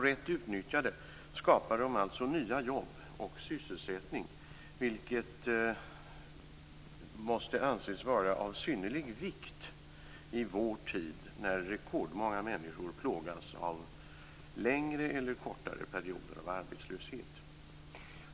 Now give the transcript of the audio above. Rätt utnyttjade skapar de alltså nya jobb och sysselsättning, vilket måste anses vara av synnerlig vikt i vår tid, när rekordmånga människor plågas av längre eller kortare perioder av arbetslöshet.